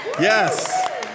Yes